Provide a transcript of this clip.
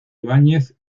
ibáñez